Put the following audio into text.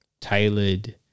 tailored